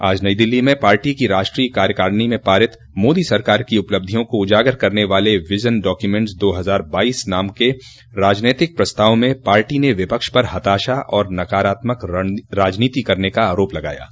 आज नई दिल्ली में पार्टी की राष्ट्रीय कार्यकारिणी में पारित मोदी सरकार की उपलब्धियों को उजागर करने वाले विजन डाक्यूमेंट्स दो हजार बाइस नाम के राजनीतिक प्रस्ताव में पार्टी ने विपक्ष पर हताशा और नकारात्मक राजनीति करने का आरोप लगाया है